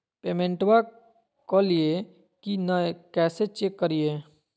पेमेंटबा कलिए की नय, कैसे चेक करिए?